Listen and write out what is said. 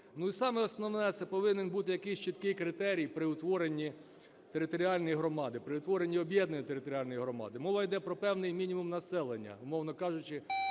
Ну і, саме основне, це повинен бути якийсь чіткий критерій при утворенні територіальної громади, при утворенні об'єднаної територіальної громади. Мова йде про певний мінімум населення, умовно кажучи